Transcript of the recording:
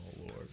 lord